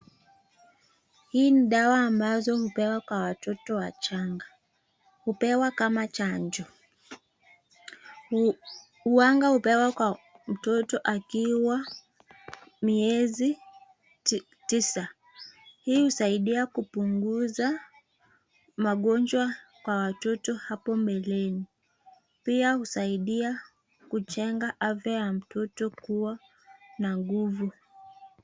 Hii ni dawa ambazo hupewa kwa watoto wachanga. Hupewa kama chanjo, huwanga hupewa kwa mtoto akiwa miezi tisa, hii husaidia kupunguza magonjwa kwa watoto hapo mbeleni. Pia husaidia kujenga afya ya mtoto kuwa na nguvu.